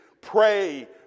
pray